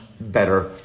better